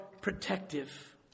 protective